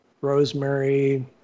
rosemary